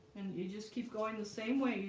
and you just keep going the same way.